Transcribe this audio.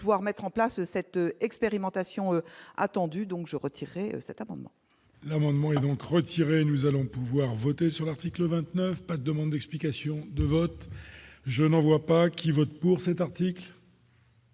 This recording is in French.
pouvoir mettre en place cette expérimentation attendu donc je retirer cet amendement. L'amendement est donc retiré, nous allons pouvoir voter sur l'article 29 pas demande d'explications de vote, je n'en vois pas qui votent pour cet article.